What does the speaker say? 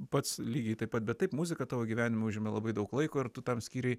pats lygiai taip pat bet taip muzika tavo gyvenime užima labai daug laiko ir tu tam skyrei